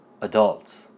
Adults